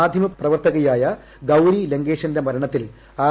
മാധ്യമ പ്രവർത്തകയായ ഗൌരി ലങ്കേഷിന്റെ മരണത്തിൽ ആർ